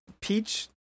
peach